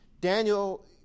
Daniel